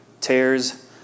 tears